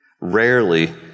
Rarely